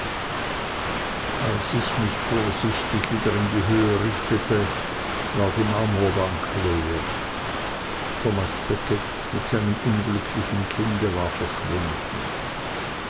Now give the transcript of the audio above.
als ich mich vorsichtig wieder in die höhe richtete war die marmorbank leer thomas becket mit seinem unglücklichen kinde war verschwunden